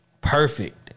perfect